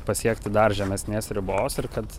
pasiekti dar žemesnės ribos ir kad